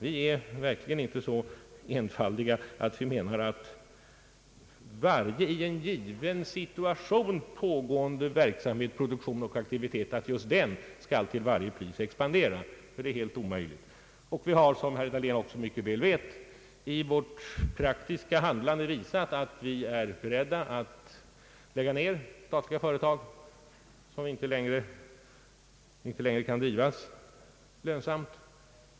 Vi är verkligen inte så enfaldiga att vi menar att varje i en given situation pågående produktion och aktivitet till varje pris skall expandera. Det är alldeles omöjligt. Vi har, som herr Dahlén också mycket väl vet, i vårt praktiska handlande visat att vi är beredda att lägga ner statliga företag som inte längre kan drivas lönsamt.